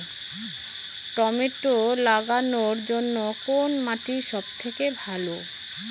Tomato লাগানোর জন্যে কোন মাটি সব থেকে ভালো হবে?